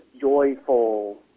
joyful